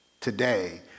today